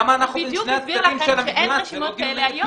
הוא בדיוק הסביר לכם שאין רשימות כאלה היום.